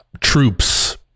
troops